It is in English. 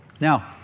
Now